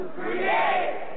create